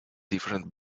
different